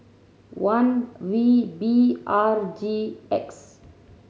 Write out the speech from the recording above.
one V B R G X